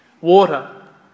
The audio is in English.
Water